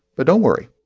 but don't worry.